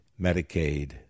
Medicaid